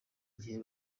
gihe